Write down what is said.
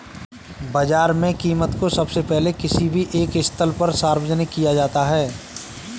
बाजार में कीमत को सबसे पहले किसी भी एक स्थल पर सार्वजनिक किया जाता है